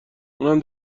اونم